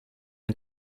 een